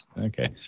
Okay